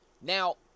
Now